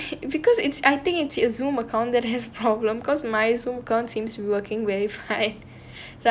in every because it's I think it's a Zoom account that has problem because is seems mine not working very fine